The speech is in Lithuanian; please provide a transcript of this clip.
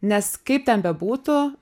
nes kaip ten bebūtų